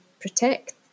protect